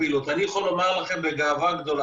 אתם מוזמנים לבדוק מה אחוזי הגבייה בהוצאה לפועל.